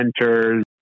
centers